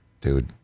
Dude